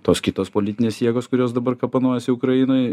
tos kitos politinės jėgos kurios dabar kapanojasi ukrainoj